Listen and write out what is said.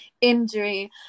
injury